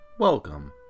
Welcome